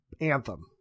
Anthem